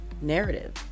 narrative